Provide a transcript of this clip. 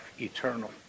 eternal